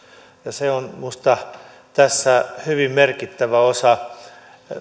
se on minusta tässä keskustelussa hyvin merkittävä osa